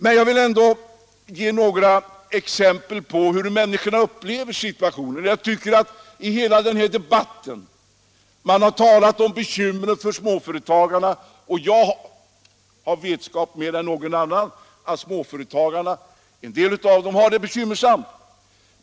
Men jag vill ändå ge några exempel på hur människorna upplever situationen. I den här debatten har man talat om bekymren för småföretagarna, och jag vet bättre än någon annan att en del av småföretagarna har det bekymmersamt.